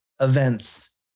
events